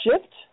Shift